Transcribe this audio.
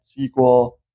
SQL